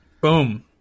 boom